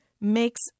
makes